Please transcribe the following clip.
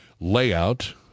layout